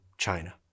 China